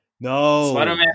No